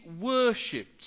worshipped